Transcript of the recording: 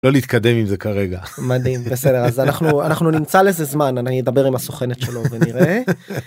לא להתקדם עם זה כרגע. מדהים בסדר אז אנחנו אנחנו נמצא לזה זמן אני אדבר עם הסוכנת שלו ונראה.